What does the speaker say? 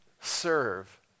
serve